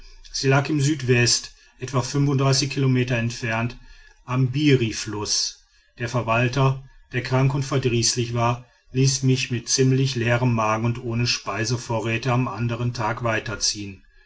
sie lag in südwest etwa kilometer entfernt am birifluß der verwalter der krank und verdrießlich war ließ mich mit ziemlich leerem magen und ohne speisevorrat am andern tag weiterziehen